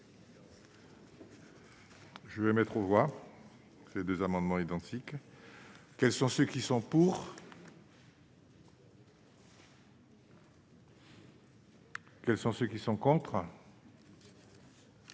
Je vais mettre aux voix, ces 2 amendements identiques, quels sont ceux qui sont pour. Quels sont ceux qui sont contre.